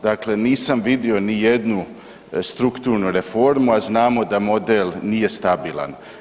Dakle, nisam vidio niti jednu strukturnu reformu, a znamo da model nije stabilan.